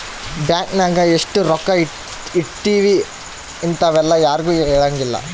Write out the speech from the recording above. bank ನಾಗ ಎಷ್ಟ ರೊಕ್ಕ ಇಟ್ತೀವಿ ಇಂತವೆಲ್ಲ ಯಾರ್ಗು ಹೆಲಂಗಿಲ್ಲ